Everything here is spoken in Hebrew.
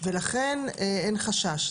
ולכן אין חשש.